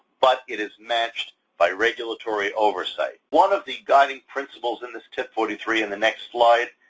but it is matched by regulatory oversight. one of the guiding principles in this tip forty three in the next slide.